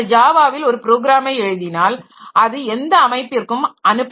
நீங்கள் ஜாவாவில் ஒரு ப்ரோக்ராமை எழுதினால் அது எந்த அமைப்பிற்கும் அனுப்பப்படலாம்